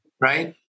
Right